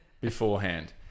beforehand